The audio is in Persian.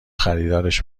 خریدارش